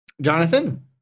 jonathan